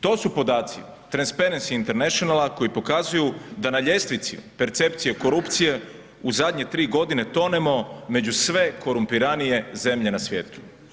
To su podaci Transparency International koji pokazuju da na ljestvici percepcije korupcije u zadnje tri godine tonemo među sve korumpiranije zemlje na svijetu.